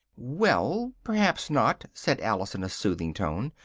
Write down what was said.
well, perhaps not, said alice in a soothing tone,